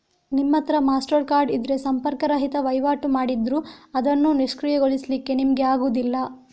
ನಿಮ್ಮತ್ರ Mastercard ಇದ್ರೆ ಸಂಪರ್ಕ ರಹಿತ ವೈವಾಟು ಮಾಡಿದ್ರೂ ಅದನ್ನು ನಿಷ್ಕ್ರಿಯಗೊಳಿಸ್ಲಿಕ್ಕೆ ನಿಮ್ಗೆ ಆಗುದಿಲ್ಲ